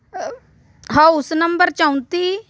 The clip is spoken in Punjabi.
ਹਾਊਸ ਨੰਬਰ ਚੌਂਤੀ